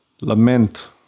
lament